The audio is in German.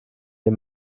wir